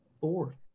Fourth